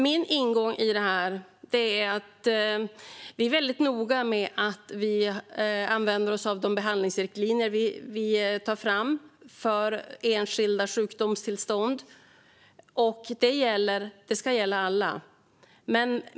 Vi bör vara väldigt noga med att använda oss av de behandlingsriktlinjer som vi tar fram för enskilda sjukdomstillstånd. Detta ska gälla alla.